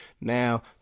Now